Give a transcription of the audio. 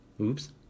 Oops